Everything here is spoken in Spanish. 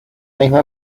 misma